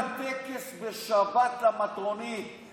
היא עשתה טקס בשבת למטרונית,